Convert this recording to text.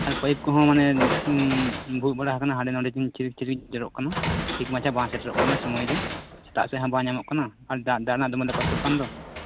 ᱟᱨ ᱯᱟᱹᱭᱤᱯ ᱠᱚᱦᱚᱸ ᱢᱟᱱᱮ ᱵᱷᱩᱜᱟᱜ ᱵᱟᱲᱟ ᱟᱠᱟᱱᱟ ᱦᱟᱰᱮ ᱱᱟᱰᱮ ᱪᱤᱨᱤᱡᱽ ᱪᱤᱨᱤᱡᱽ ᱡᱚᱨᱚᱜ ᱠᱟᱱᱟ ᱴᱷᱤᱠ ᱢᱟᱪᱷᱟ ᱵᱟᱝ ᱥᱮᱴᱮᱨᱚᱜ ᱠᱟᱱᱟ ᱥᱚᱢᱚᱭ ᱨᱮ ᱥᱮᱛᱟᱜ ᱥᱮᱫ ᱦᱚᱸ ᱵᱟᱝ ᱧᱟᱢᱚᱜ ᱠᱟᱱᱟ ᱟᱨ ᱫᱟᱜ ᱫᱟᱜ ᱢᱟ ᱫᱚᱢᱮ ᱞᱮ ᱠᱚᱥᱴᱚᱜ ᱠᱟᱱ ᱫᱚ